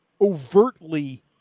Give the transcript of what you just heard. overtly